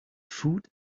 food